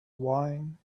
wine